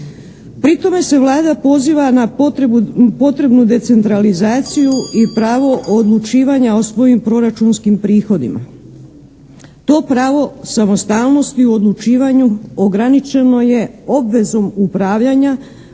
Pri tome se Vlada poziva na potrebnu decentralizaciju i pravo odlučivanja o svojim proračunskim prihodima. To pravo samostalnosti u odlučivanju ograničeno je obvezom upravljanja,